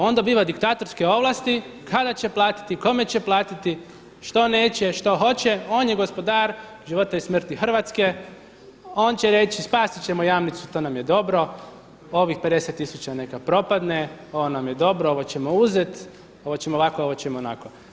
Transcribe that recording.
On dobiva diktatorske ovlasti kada će platiti, kome će platiti, što neće što hoće, on je gospodar života i smrti Hrvatske, on će reći spasiti ćemo Jamnicu to nam je dobro, ovih 50 tisuća neka propadne, ovo nam je dobro, ovo ćemo uzeti, ovo ćemo ovako, ovo ćemo onako.